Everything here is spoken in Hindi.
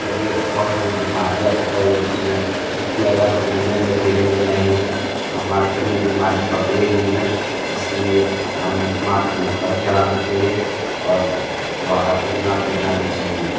तबीयत बहुत सारी बीमारियाँ पकड़ लेती हैं क्योंकि अगर हम घूमेंगे फिरेंगे नहीं तो हमारे सर में बीमारी पकड़ेगी ही ना इस लिए हमें इसमार्टफ़ोन कम चलाना चाहिए और बाहर घूमना फिरना भी चाहिए